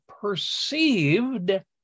perceived